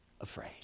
afraid